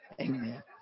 Amen